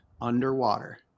underwater